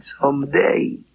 someday